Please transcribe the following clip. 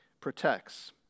protects